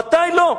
ומתי לא.